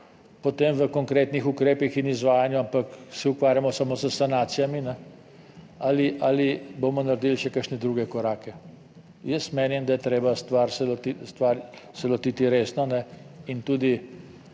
potem v konkretnih ukrepih in izvajanju, ampak se ukvarjamo samo s sanacijami ali bomo naredili še kakšne druge korake? Jaz menim, da je treba stvar se lotiti resno in tudi